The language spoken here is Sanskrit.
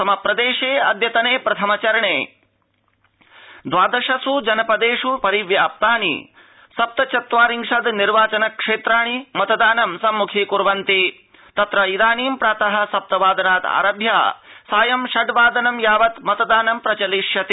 असम प्रदेशे अद्यतने प्रथम चरणे द्वादशस् जनपदेष् परिव्याप्तानि सप्तचत्वारिंशद् निर्वाचनक्षेत्राणि मतदानं संम्खी कूर्वन्तितत्र इदानीं प्रातः सप्तवादनात् आरभ्य सायं षड् वादनं यावत् मतदानं प्रचलिष्यति